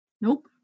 Nope